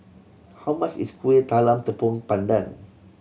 how much is Kuih Talam Tepong Pandan